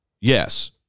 Yes